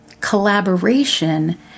collaboration